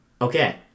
Okay